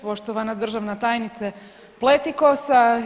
Poštovana državna tajnice Pletikosa.